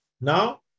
Now